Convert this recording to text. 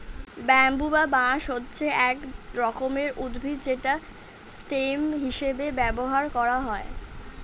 bamboo বা বাঁশ হচ্ছে এক রকমের উদ্ভিদ যেটা স্টেম হিসেবে ব্যবহার করা হয়